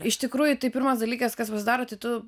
iš tikrųjų tai pirmas dalykas kas pasidaro tai tu